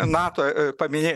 nato paminėjai